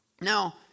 Now